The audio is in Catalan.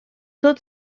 tot